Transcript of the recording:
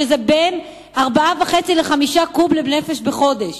שזה בין 4.5 ל-5 קוב לנפש בחודש.